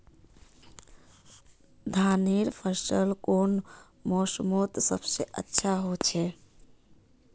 धानेर फसल कुन मोसमोत सबसे अच्छा होचे?